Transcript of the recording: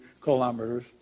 kilometers